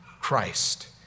Christ